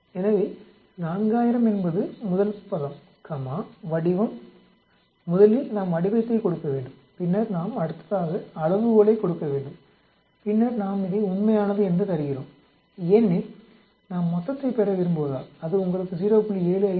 எனவே 4000 என்பது முதல் பதம் கமா வடிவம் முதலில் நாம் வடிவத்தை கொடுக்க வேண்டும் பின்னர் நாம் அடுத்ததாக அளவுகோளை கொடுக்க வேண்டும் பின்னர் நாம் இதை உண்மையானது என்று தருகிறோம் ஏனெனில் நாம் மொத்தத்தை பெற விரும்புவதால் அது உங்களுக்கு 0